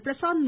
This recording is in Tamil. பிரசாந்த் மு